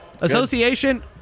Association